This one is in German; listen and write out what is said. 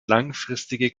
langfristige